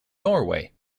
norway